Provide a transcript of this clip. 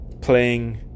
playing